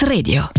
Radio